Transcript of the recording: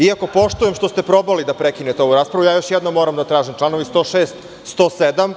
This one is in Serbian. Iako poštujem što ste probali da prekinete ovu raspravu, ja još jednom moram da tražim reč, članovi 106. i 107.